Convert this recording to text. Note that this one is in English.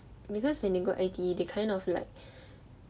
because when they go I_T_E they kind of like